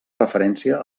referència